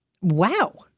Wow